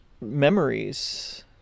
memories